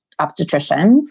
obstetricians